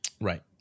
Right